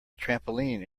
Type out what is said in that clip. trampoline